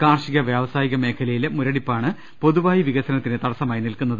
കാർഷിക വൃവ സായിക മേഖലയിലെ മുരടിപ്പാണ് പൊതുവായി വികസനത്തിന് തട സമായി നിൽക്കുന്നത്